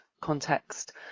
context